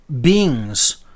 beings